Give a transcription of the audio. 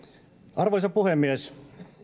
arvoisa puhemies